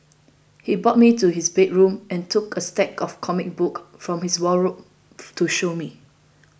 he brought me to his bedroom and took a stack of comic books from his wardrobe to show me